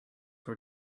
were